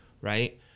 Right